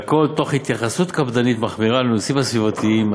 והכול תוך התייחסות קפדנית מחמירה לנושאים הסביבתיים,